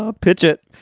ah pitch it.